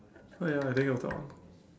uh ya I think it was that one